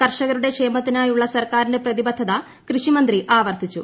കർഷകരുടെ ക്ഷേമത്തിനായുള്ള സർക്കാരിന്റെ പ്രതിബദ്ധത കൃഷി മന്ത്രി ആവർത്തിച്ചു